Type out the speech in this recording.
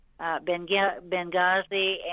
benghazi